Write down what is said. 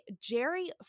Jerry